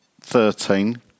thirteen